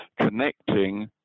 connecting